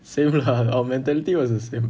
same lah our mentality was the same